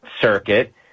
Circuit